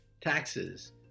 taxes